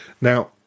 Now